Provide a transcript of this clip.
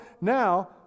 now